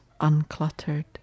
uncluttered